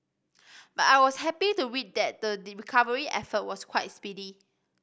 but I was happy to read that the recovery effort was quite speedy